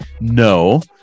No